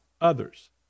others